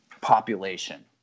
population